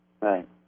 Right